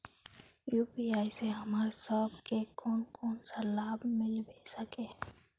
UPI से हमरा सब के कोन कोन सा लाभ मिलबे सके है?